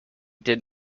did